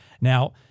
now